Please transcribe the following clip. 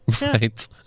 right